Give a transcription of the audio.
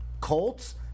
Colts